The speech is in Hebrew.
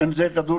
אם זה כדורגל,